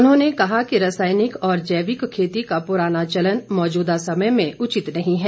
उन्होंने कहा रासायनिक और जैविक खेती का पुराना चलन मौजूदा समय में उचित नहीं है